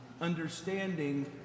understanding